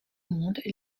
monde